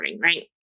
right